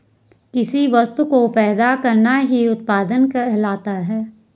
किसी वस्तु को पैदा करना ही उत्पादन कहलाता है